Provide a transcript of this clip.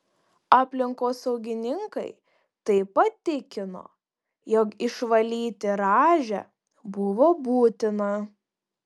aplinkosaugininkai taip pat tikino jog išvalyti rąžę buvo būtina